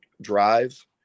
drive